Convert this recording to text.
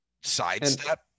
sidestep